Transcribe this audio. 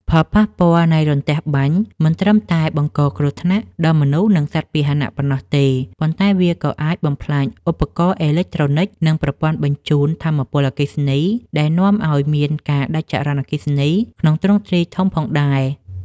ផលប៉ះពាល់នៃរន្ទះបាញ់មិនត្រឹមតែបង្កគ្រោះថ្នាក់ដល់មនុស្ស និងសត្វពាហនៈប៉ុណ្ណោះទេ ប៉ុន្តែវាក៏អាចបំផ្លាញឧបករណ៍អេឡិចត្រូនិច និងប្រព័ន្ធបញ្ជូនថាមពលអគ្គិសនី ដែលនាំឱ្យមានការដាច់ចរន្តអគ្គិសនីក្នុងទ្រង់ទ្រាយធំផងដែរ។